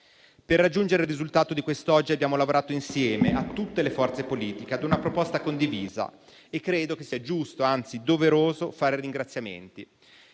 Per raggiungere il risultato di quest'oggi abbiamo lavorato, insieme a tutte le forze politiche, ad una proposta condivisa e credo che sia giusto, anzi doveroso, rivolgere dei ringraziamenti.